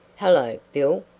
hello, bill,